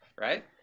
right